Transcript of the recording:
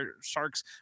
Sharks